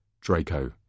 Draco